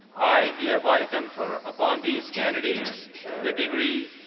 i hereby confer, upon these candidates the degrees,